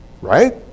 Right